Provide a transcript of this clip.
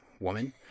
woman